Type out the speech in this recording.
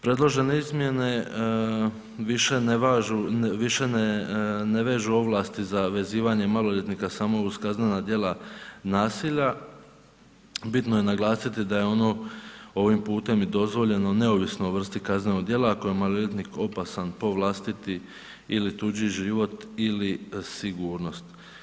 Predložene izmjene više ne vežu ovlasti za vezivanje maloljetnika samo uz kaznena djela nasilja, bitno je naglasiti da je ono ovim putem i dozvoljeno neovisno o vrsti kaznenog djela ako je maloljetnik opasan po vlastiti ili tuđi život ili sigurnost.